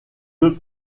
deux